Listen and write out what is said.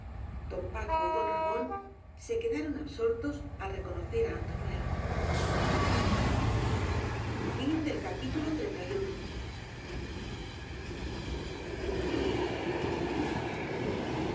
don paco y don ramón se quedaron absortos al reconocer á antoñuelo